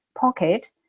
pocket